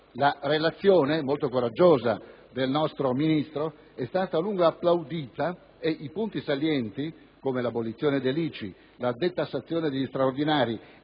La relazione, molto coraggiosa, del nostro Ministro è stata a lungo applaudita e i suoi punti salienti, come l'abolizione dell'ICI, la detassazione degli straordinari